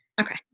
Okay